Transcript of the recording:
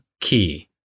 key